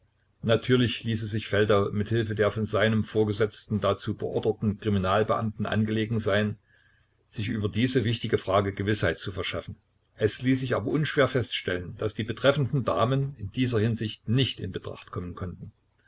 natürlich ließ es sich feldau mit hilfe der von seinem vorgesetzten dazu beorderten kriminalbeamten angelegen sein sich über diese wichtige frage gewißheit zu verschaffen es ließ sich aber unschwer feststellen daß die betreffenden damen in dieser hinsicht nicht in betracht kommen konnten